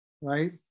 right